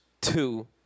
two